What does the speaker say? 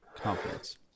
Confidence